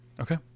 Okay